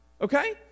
Okay